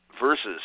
versus